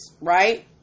right